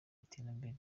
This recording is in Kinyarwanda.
iterambere